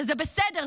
וזה בסדר,